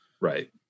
right